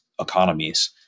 economies